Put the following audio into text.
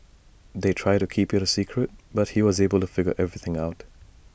they tried to keep IT A secret but he was able to figure everything out